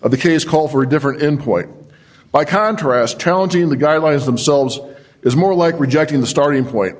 of the case call for a different in point by contrast challenging the guidelines themselves is more like rejecting the starting point